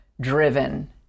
driven